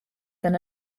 than